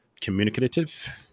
communicative